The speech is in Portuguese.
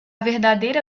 verdadeira